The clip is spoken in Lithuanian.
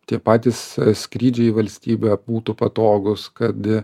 tie patys skrydžiai į valstybę būtų patogūs kad